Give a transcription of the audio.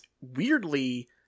weirdly